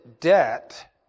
debt